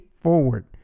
forward